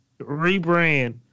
Rebrand